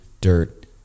dirt